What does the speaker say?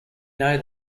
know